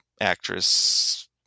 actress